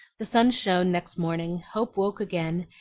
the sun shone next morning, hope woke again,